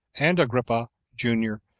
and agrippa, junior,